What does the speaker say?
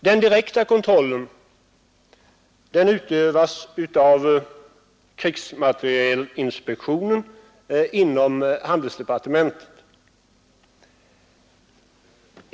Den direkta kontrollen utövas av krigsmaterielinspektionen inom handelsdepartementet.